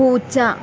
പൂച്ച